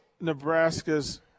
Nebraska's